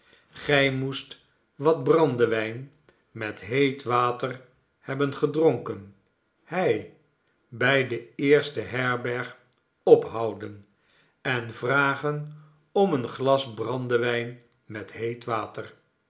gij moest wat brandewijn met heet water hebben gedronken hei bij de eerste herberg ophouden en vragen om een glas brandewijn met heet water